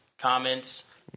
comments